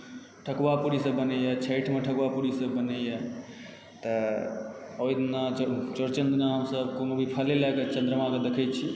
ठकुआ पूड़ी सब बनैए छठिमे ठकुआ पूड़ी से बनैए तऽ ओहि दिना चौरचन दिना हम सब कोनो भी फले लए कऽ चन्द्रमा कऽ देखै छी